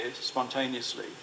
spontaneously